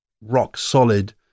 rock-solid